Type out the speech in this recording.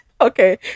Okay